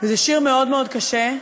זה שיר מאוד מאוד קשה,